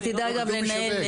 היא תדע גם לנהל,